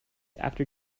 after